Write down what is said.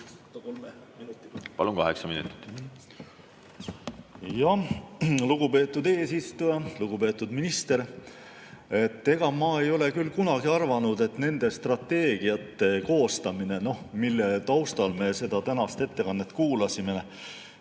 Lugupeetud eesistuja! Lugupeetud minister! Ma ei ole küll kunagi arvanud, et nende strateegiate, mille taustal me seda tänast ettekannet kuulasime,